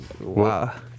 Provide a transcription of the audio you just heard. wow